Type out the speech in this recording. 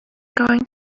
going